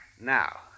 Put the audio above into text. Now